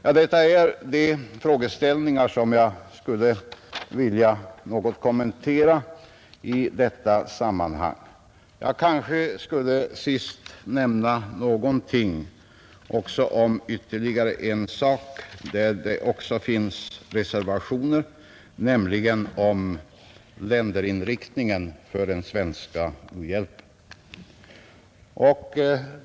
Jag kanske till sist skulle nämna någonting om ytterligare en fråga där det också finns reservationer, nämligen länderinriktningen för den svenska u-hjälpen.